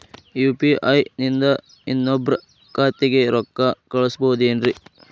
UPI ನಿಂದ ಇನ್ನೊಬ್ರ ಖಾತೆಗೆ ರೊಕ್ಕ ಕಳ್ಸಬಹುದೇನ್ರಿ?